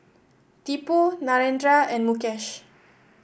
Tipu Narendra and Mukesh